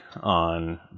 on